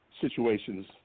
situations